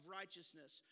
righteousness